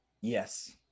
Yes